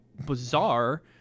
bizarre